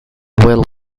well